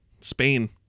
Spain